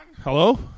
Hello